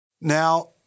Now—